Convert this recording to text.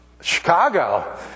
Chicago